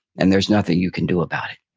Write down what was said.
and there's nothing you can do about it